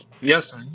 yes